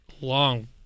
Long